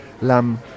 lamb